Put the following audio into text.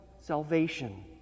salvation